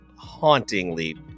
Hauntingly